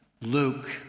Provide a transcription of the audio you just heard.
Luke